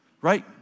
right